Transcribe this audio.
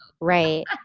right